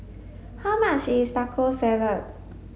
how much is Taco Salad